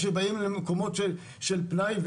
שבאים למקומות של פנאי,